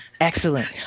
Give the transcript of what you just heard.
Excellent